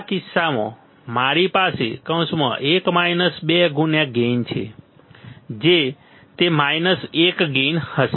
આ કિસ્સામાં મારી પાસે ગેઇન છે તે 1ગેઇન હશે